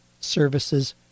services